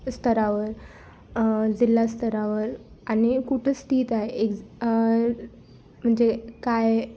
स्तरावर जिल्हा स्तरावर आणि कुठं स्थित आहे एक्झ म्हणजे काय